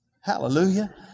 hallelujah